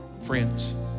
Friends